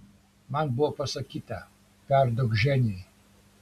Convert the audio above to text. man buvo pasakyta perduok ženiai